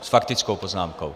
S faktickou poznámkou.